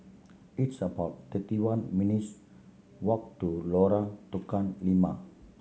it's about thirty one minutes' walk to Lorong Tukang Lima